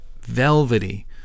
velvety